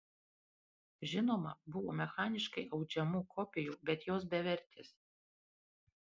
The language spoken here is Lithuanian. žinoma buvo mechaniškai audžiamų kopijų bet jos bevertės